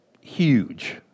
huge